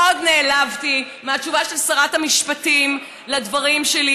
מאוד נעלבתי מהתשובה של שרת המשפטים על הדברים שלי.